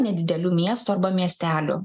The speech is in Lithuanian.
nedidelių miestų arba miestelių